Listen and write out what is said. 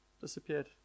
disappeared